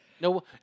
No